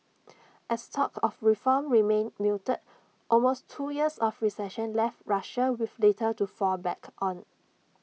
as talk of reform remained muted almost two years of recession left Russia with little to fall back on